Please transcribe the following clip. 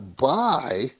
buy